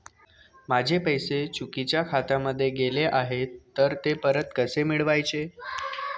माझे पैसे चुकीच्या खात्यामध्ये गेले आहेत तर ते परत कसे मिळवायचे?